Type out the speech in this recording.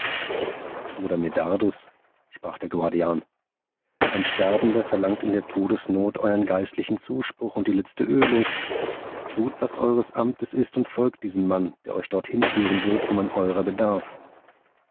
bruder medardus sprach der guardian ein sterbender verlangt in der todesnot euern geistlichen zuspruch und die letzte ölung tut was eures amtes ist und folgt diesem mann der euch dort hinführen wird wo man eurer bedarf